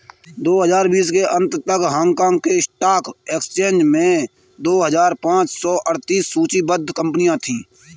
दो हजार बीस के अंत तक हांगकांग के स्टॉक एक्सचेंज में दो हजार पाँच सौ अड़तीस सूचीबद्ध कंपनियां थीं